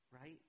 Right